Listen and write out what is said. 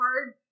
hard